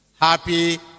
Happy